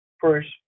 first